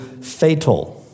fatal